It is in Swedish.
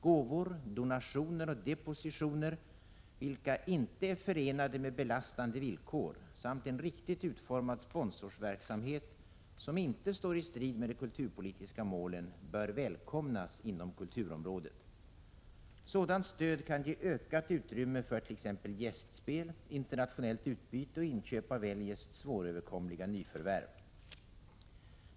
Gåvor, donationer och depositioner, vilka ej är förenade med belastande villkor, samt en riktigt utformad sponsorverksamhet, som inte står i strid med de kulturpolitiska målen, bör välkomnas inom kulturområdet. Sådant stöd kan ge ökat utrymme för t.ex. gästspel, internationellt utbyte och inköp av eljest svåröverkomliga nyförvärv.